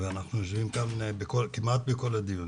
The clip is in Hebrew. יושבים כמעט בכל הדיונים,